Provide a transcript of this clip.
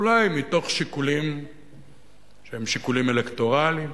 אולי מתוך שיקולים שהם שיקולים אלקטורליים,